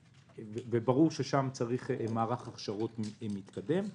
ברור ששם צריך מערך הכשרות מתקדם.